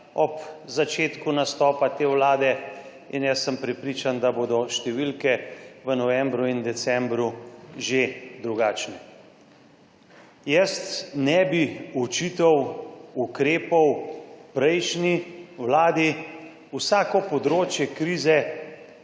ob začetku nastopa te Vlade in jaz sem prepričan, da bodo številke v novembru in decembru že drugačne. Jaz ne bi očital ukrepov prejšnji Vladi. Vsako področje krize